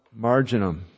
marginum